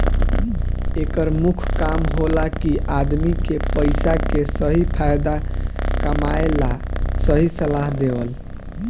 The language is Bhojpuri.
एकर मुख्य काम होला कि आदमी के पइसा के सही फायदा कमाए ला सही सलाह देवल